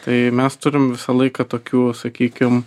tai mes turim visą laiką tokių sakykim